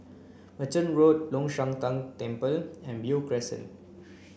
Merchant Road Long Shan Tang Temple and Beo Crescent